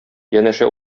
янәшә